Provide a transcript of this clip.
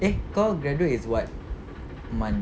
eh kau graduate is what month